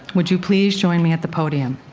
would you please join me at the podium?